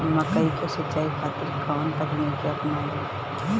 मकई के सिंचाई खातिर कवन तकनीक अपनाई?